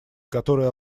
которые